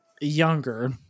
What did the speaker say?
younger